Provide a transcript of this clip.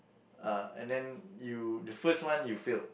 uh and then you the first one you failed